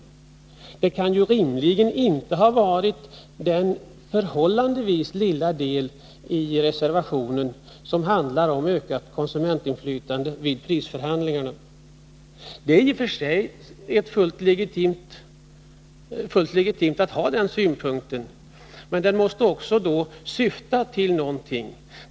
Det kan rimligen inte ha varit den förhållandevis lilla del i reservationen som handlar om ökat konsumentinflytande vid prisförhandlingarna. Det är i och för sig fullt legitimt att ha den synpunkten, men den måste då också syfta till någonting.